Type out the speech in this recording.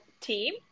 team